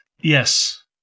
Yes